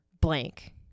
blank